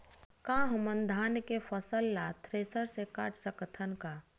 का हमन धान के फसल ला थ्रेसर से काट सकथन का?